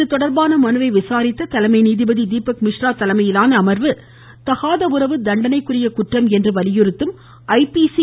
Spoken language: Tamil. இதுதொடர்பான மனுவை விசாரித்த தலைமை நீதிபதி தீபக் மிஸ்ரா தலைமையிலான அமர்வு தகாத உறவு தண்டனைக்குரிய குற்றம் என்று வலியுறுத்தும் ஐீ